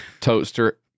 toaster